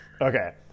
Okay